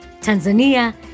tanzania